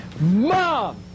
Mom